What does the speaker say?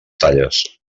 talles